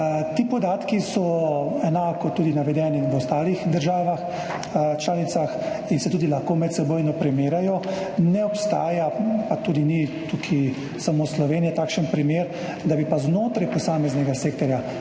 Ti podatki so enako tudi navedeni v ostalih državah članicah in se tudi lahko medsebojno primerjajo, ne obstaja, pa tudi ni tukaj samo Slovenija takšen primer, da bi pa znotraj posameznega sektorja,